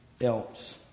else